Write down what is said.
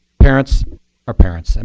parents are parents. and